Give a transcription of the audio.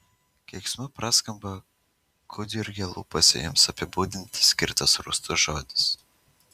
keiksmu praskamba gudjurgio lūpose jiems apibūdinti skirtas rūstus žodis